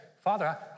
Father